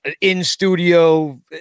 in-studio